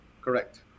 Correct